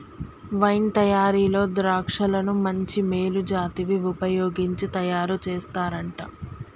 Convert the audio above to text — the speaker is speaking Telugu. వైన్ తయారీలో ద్రాక్షలను మంచి మేలు జాతివి వుపయోగించి తయారు చేస్తారంట